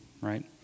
right